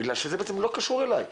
בגלל שזה בעצם לא קשור אליי.